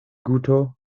guto